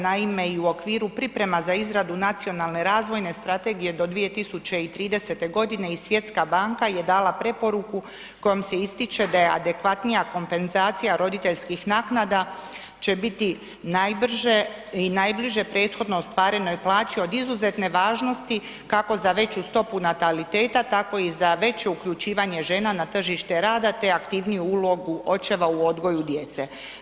Naime, i u okviru priprema za izradu nacionalne razvojne strategije do 2030.g. i Svjetska banka je dala preporuku kojom se ističe da je adekvatnija kompenzacija roditeljskih naknada će biti najbrže i najbliže prethodno ostvarenoj plaći od izuzetne važnosti kako za veću stopu nataliteta, tako i za veće uključivanje žena na tržište rada, te aktivniju ulogu očeva u odgoju djece.